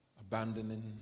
Abandoning